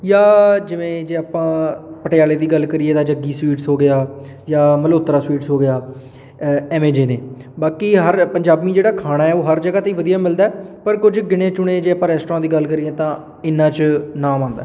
ਜਾਂ ਜਿਵੇਂ ਜੇ ਆਪਾਂ ਪਟਿਆਲੇ ਦੀ ਗੱਲ ਕਰੀਏ ਤਾਂ ਜੱਗੀ ਸਵੀਟਸ ਹੋ ਗਿਆ ਜਾਂ ਮਲਹੋਤਰਾ ਸਵੀਟਸ ਹੋ ਗਿਆ ਐਵੇਂ ਜਿਹੇ ਨੇ ਬਾਕੀ ਹਰ ਪੰਜਾਬੀ ਜਿਹੜਾ ਖਾਣਾ ਹੈ ਉਹ ਹਰ ਜਗ੍ਹਾ 'ਤੇ ਹੀ ਵਧੀਆ ਮਿਲਦਾ ਪਰ ਕੁਝ ਗਿਣੇ ਚੁਣੇ ਜਿਹੇ ਆਪਾਂ ਰੈਸਟੋਰੈਂਟਾਂ ਦੀ ਗੱਲ ਕਰੀ ਤਾਂ ਇਨ੍ਹਾਂ 'ਚ ਨਾਮ ਆਉਂਦਾ